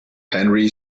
henry